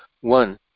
one